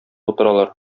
утыралар